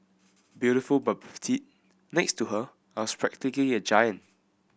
beautiful but petite next to her I was practically a giant